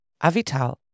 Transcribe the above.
Avital